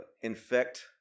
infect